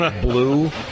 blue